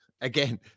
again